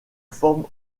forme